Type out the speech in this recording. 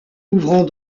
ouvrant